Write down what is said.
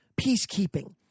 peacekeeping